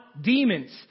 demons